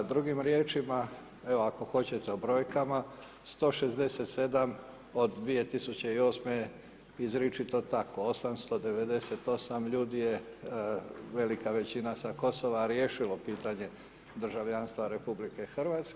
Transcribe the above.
Drugi riječima evo ako hoćete u brojkama 167 od 2008. izričito tako 898 ljudi je velika većina sa Kosova riješila pitanje državljanstva RH.